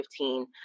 2015